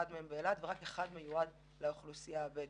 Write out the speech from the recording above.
אבל רק אחד מהם מיועד לאוכלוסייה הבדואית.